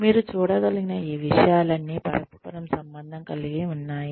మీరు చూడగలిగిన ఈ విషయాలన్నీ పరస్పరం సంబంధం కలిగి ఉన్నాయి